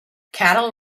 cattle